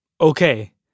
Okay